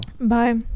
Bye